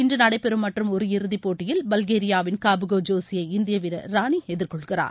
இன்று நடைபெறும் மற்றும் ஒரு இறுதிப்போட்டியில் பல்கேரியாவின் காபுகோ ஜோசியை இந்திய வீரர் ராணி எதிர்கொள்கிறார்